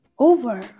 over